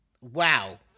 Wow